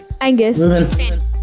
Angus